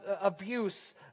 abuse